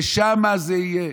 ושם זה יהיה.